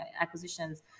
acquisitions